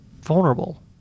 vulnerable